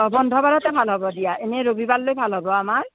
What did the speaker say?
অ বন্ধ বাৰতে ভাল হ'ব দিয়া এনে ৰবিবাৰ হ'লে ভাল হ'ব আমাৰ